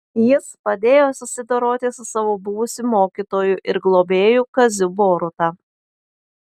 jis padėjo susidoroti su savo buvusiu mokytoju ir globėju kaziu boruta